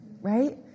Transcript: right